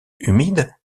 humide